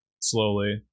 slowly